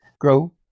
grow